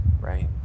right